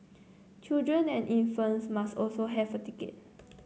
children and infants must also have a ticket